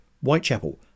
Whitechapel